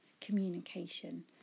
communication